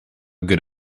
good